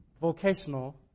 Vocational